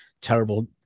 terrible